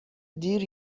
دیر